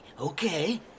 okay